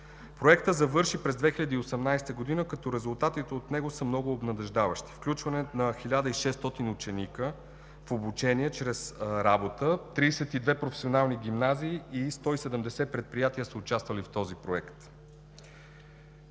Проектът завърши през 2018 г., като резултатите от него са много обнадеждаващи – включване на 1600 ученици в обучение чрез работа, 32 професионални гимназии и 170 предприятия са участвали в този проект.